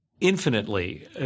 infinitely